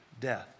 death